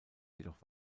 jedoch